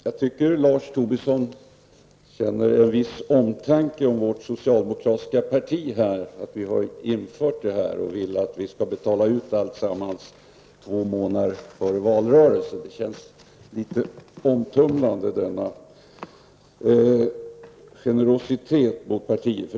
Fru ordförande! Lars Tobisson visar omtanke om det socialdemokratiska partiet, tycker jag, när han vill att hela sparbeloppet skall betalas tillbaka två månader före valet. Denna generositet mot vårt parti känns litet omtumlande.